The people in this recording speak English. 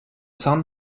sun